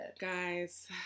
Guys